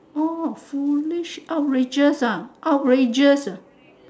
orh foolish outrageous ah outrageous uh